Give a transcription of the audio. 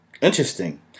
Interesting